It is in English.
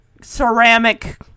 ceramic